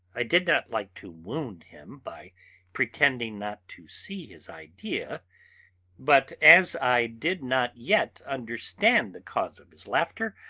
i did not like to wound him by pretending not to see his idea but, as i did not yet understand the cause of his laughter,